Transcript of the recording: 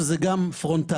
שזה גם פרונטלי,